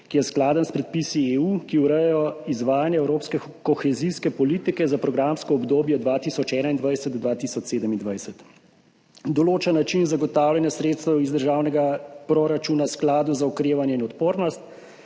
ki je skladen s predpisi EU, ki urejajo izvajanje evropske kohezijske politike za programsko obdobje 2021–2027. Določa način zagotavljanja sredstev iz državnega proračuna Skladu za okrevanje in odpornost,